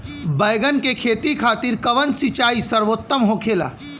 बैगन के खेती खातिर कवन सिचाई सर्वोतम होखेला?